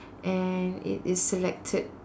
and it is selected